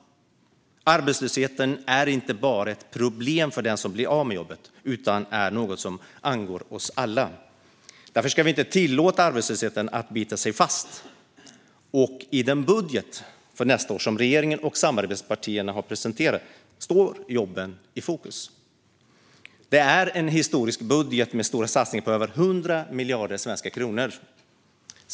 Arbetslösheten är inte ett problem bara för den som blir av med jobbet utan är något som angår oss alla. Därför ska vi inte tillåta arbetslösheten att bita sig fast. I den budget för nästa år som regeringen och samarbetspartierna har presenterat står jobben i fokus. Det är en historisk budget med stora satsningar på över 100 miljarder svenska kronor.